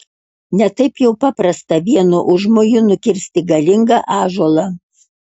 ne taip jau paprasta vienu užmoju nukirsti galingą ąžuolą